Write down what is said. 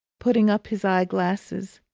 putting up his eye-glasses,